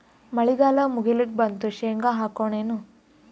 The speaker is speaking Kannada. ಮಳಿಗಾಲ ಮುಗಿಲಿಕ್ ಬಂತು, ಶೇಂಗಾ ಹಾಕೋಣ ಏನು?